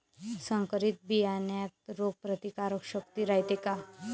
संकरित बियान्यात रोग प्रतिकारशक्ती रायते का?